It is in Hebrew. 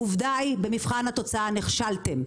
העובדה היא שבמבחן התוצאה נכשלתם,